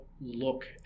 look